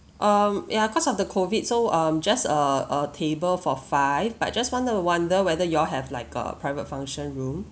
um ya cause of the COVID so um just a a table for five but just want to wonder whether you all have like a private function room